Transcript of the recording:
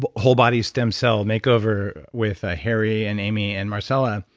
but whole-body stem cell makeover with ah harry and amy and marcella,